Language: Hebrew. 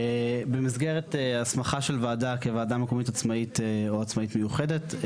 במסגרת הסמכה של וועדה כוועדה מקומית עצמאית או עצמאית מיוחדת,